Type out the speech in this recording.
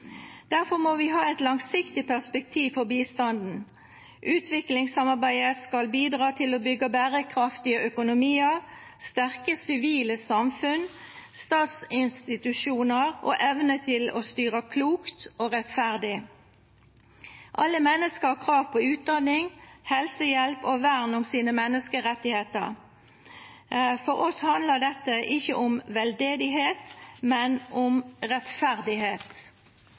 Derfor må vi ha et langsiktig perspektiv for bistanden. Utviklingssamarbeidet skal bidra til å bygge bærekraftige økonomier, sterke sivile samfunn, statsinstitusjoner og evne til å styre klokt og rettferdig. Alle mennesker har krav på utdanning, helsehjelp og vern om sine menneskerettigheter. For oss handler dette ikke om veldedighet, men om rettferdighet.